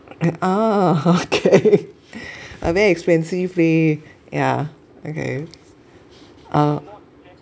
uh okay but very expensive leh yeah okay err